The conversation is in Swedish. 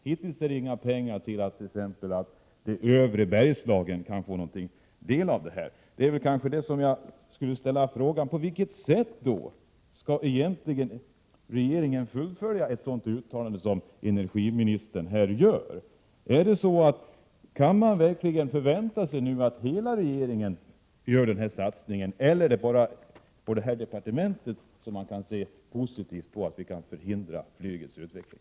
Hittills har inga pengar avsatts t.ex. till övre delarna av Bergslagen. Det är väl kanske det jag skulle fråga om. På vilket sätt avser egentligen regeringen att fullfölja ett sådant uttalande som energiministern gör här i riksdagen? Kan vi verkligen förvänta oss att hela regeringen gör denna satsning eller är det bara på detta departement som man ser positivt på möjligheten att förhindra flygets utveckling?